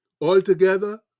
Altogether